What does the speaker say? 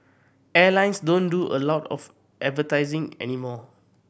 airlines don't do a lot of advertising anymore